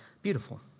Beautiful